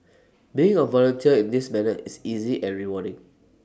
being A volunteer in this manner is easy and rewarding